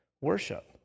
worship